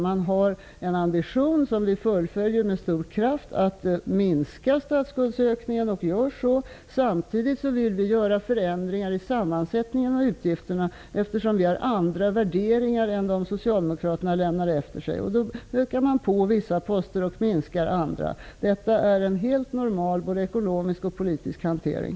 Man har en ambition, som vi fullföljer med stor kraft, att minska statsskuldsökningen och gör så. Samtidigt vill vi göra förändringar i sammansättningen av utgifterna, eftersom vi har andra värderingar än dem Socialdemokraterna lämnade efter sig. Då ökar man på vissa poster och minskar andra. Detta är en helt normal både ekonomisk och politisk hantering.